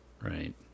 Right